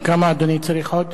כמה אדוני צריך עוד?